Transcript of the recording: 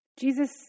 Jesus